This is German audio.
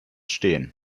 stehen